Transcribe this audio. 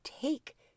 take